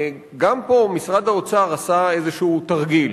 גם פה משרד האוצר עשה איזה תרגיל: